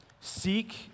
Seek